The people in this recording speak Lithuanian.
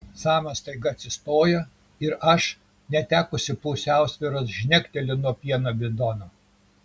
samas staiga atsistoja ir aš netekusi pusiausvyros žnekteliu nuo pieno bidono